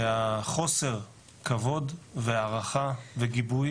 והחוסר כבוד והערכה וגיבוי